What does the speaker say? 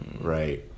right